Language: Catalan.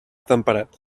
temperat